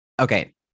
Okay